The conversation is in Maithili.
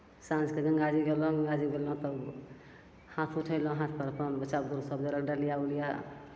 साँझके गङ्गाजी गेलहुँ गङ्गाजी गेलहुँ तब हाथ उठेलहुँ हाथपर अपन बच्चा बुतरु सभ देलक डलिआ उलिआ